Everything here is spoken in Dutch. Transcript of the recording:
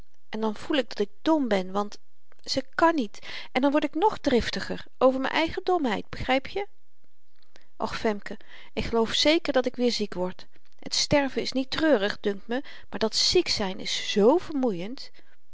en dan voel ik dat ik dom ben want ze kàn niet en dan word ik nog driftiger over m'n eigen domheid begrypje och femke ik geloof zeker dat ik weer ziek wordt het sterven is niet treurig dunkt me maar dat ziek zyn is zoo vermoeiend